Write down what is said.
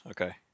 Okay